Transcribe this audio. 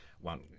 one